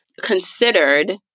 considered